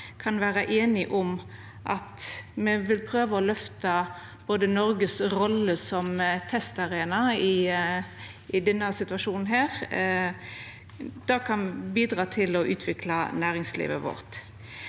kan vera einige om at vi vil prøva å løfta Noreg si rolle som testarena i denne situasjonen. Det kan bidra til å utvikla næringslivet vårt.